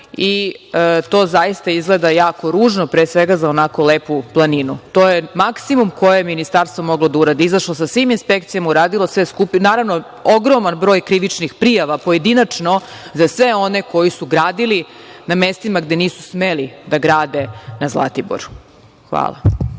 i to zaista izgleda jako ružno, pre svega za onako lepu planinu. To je maksimum koji je ministarstvo moglo da uradi. Izašlo se sa svim inspekcijama, uradilo se sve skupa, i naravno, ogroman broj krivičnih prijava pojedinačno za sve one koji su gradili na mestima gde nisu smeli da grade na Zlatiboru. Hvala.